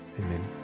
Amen